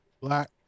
Black